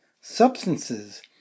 substances